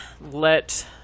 let